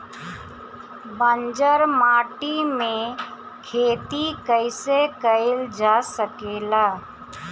बंजर माटी में खेती कईसे कईल जा सकेला?